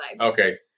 Okay